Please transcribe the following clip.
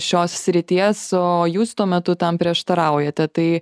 šios srities o jūs tuo metu tam prieštaraujate tai